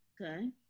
Okay